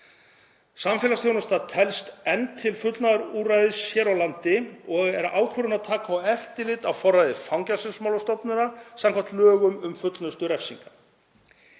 Samfélagsþjónusta telst enn til fullnustuúrræðis hér á landi og er ákvörðunartaka og eftirlit á forræði Fangelsismálastofnunar samkvæmt lögum um fullnustu refsinga,